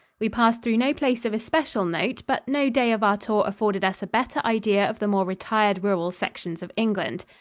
we passed through no place of especial note, but no day of our tour afforded us a better idea of the more retired rural sections of england.